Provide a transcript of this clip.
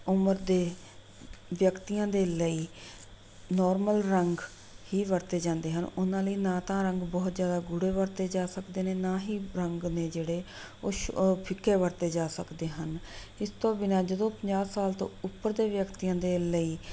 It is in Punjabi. ਉਮਰ ਦੇ ਵਿਅਕਤੀਆਂ ਦੇ ਲਈ ਨੌਰਮਲ ਰੰਗ ਹੀ ਵਰਤੇ ਜਾਂਦੇ ਹਨ ਉਨ੍ਹਾਂ ਲਈ ਨਾ ਤਾਂ ਰੰਗ ਬਹੁਤ ਜ਼ਿਆਦਾ ਗੂੜ੍ਹੇ ਵਰਤੇ ਜਾ ਸਕਦੇ ਨੇ ਨਾ ਹੀ ਰੰਗ ਨੇ ਜਿਹੜੇ ਉਸ ਉਹ ਫਿੱਕੇ ਵਰਤੇ ਜਾ ਸਕਦੇ ਹਨ ਇਸ ਤੋਂ ਬਿਨਾ ਜਦੋਂ ਪੰਜਾਹ ਸਾਲ ਤੋਂ ਉੱਪਰ ਦੇ ਵਿਅਕਤੀਆਂ ਦੇ ਲਈ